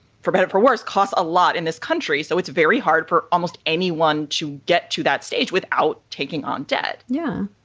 for better or for worse, costs a lot in this country. so it's very hard for almost anyone to get to that stage without taking on debt. yeah